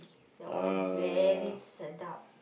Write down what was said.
that one is very sedap